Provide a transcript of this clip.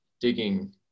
digging